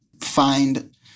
find